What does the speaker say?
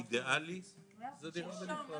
קביעת אופן מתן שירותי רווחה